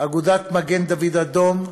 אגודת מגן דוד אדום,